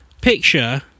picture